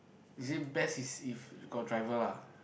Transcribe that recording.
is it best is if got driver lah